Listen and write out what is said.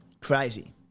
Crazy